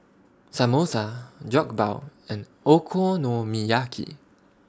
Samosa Jokbal and Okonomiyaki